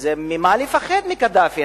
אז מה לפחד מקדאפי?